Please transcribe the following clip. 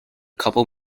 couple